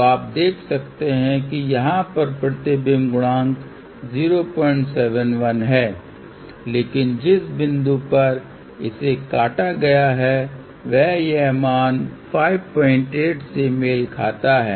तो आप देख सकते हैं कि यहाँ पर प्रतिबिंब गुणांक 071 है लेकिन जिस बिंदु पर इसे काटा गया है कि यह मान 58 से मेल खाता है